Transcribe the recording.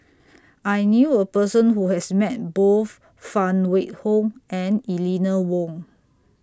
I knew A Person Who has Met Both Phan Wait Hong and Eleanor Wong